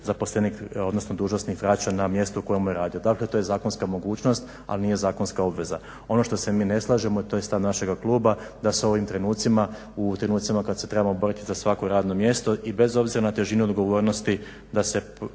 zaposlenik odnosno dužnosnik vraća na mjesto u kojemu je radio. Dakle to je zakonska mogućnost ali nije zakonska obveza. Ono što se mi ne slažemo to je stav našega kluba da se u ovim trenucima, u trenucima kad se trebamo boriti za svako radno mjesto i bez obzira na težinu odgovornosti da se